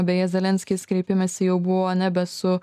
beje zelenskis kreipimęsi jau buvo nebe su